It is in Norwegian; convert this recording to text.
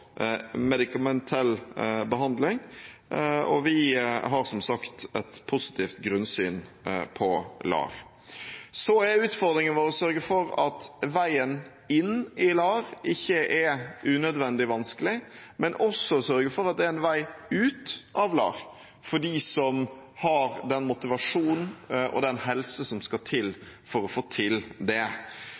medikamentell behandling, og vi har som sagt et positivt grunnsyn på LAR. Utfordringen vår er å sørge for at veien inn i LAR ikke er unødvendig vanskelig, men også sørge for at det er en vei ut av LAR for dem som har den motivasjonen og den helsen som skal til for å få til det.